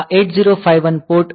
આ 8051 પોર્ટ 3